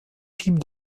philippe